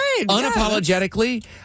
Unapologetically